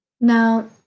now